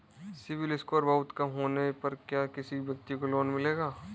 CIBIL score बहुत कम होने पर क्या किसी व्यक्ति को लोंन मिलेगा?